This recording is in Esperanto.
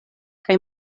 kaj